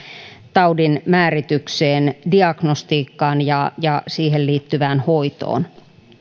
taudinmääritykseen diagnostiikkaan ja ja siihen liittyvään hoitoon